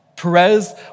Perez